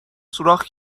سوراخ